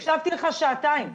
הקשבתי לך שעתיים.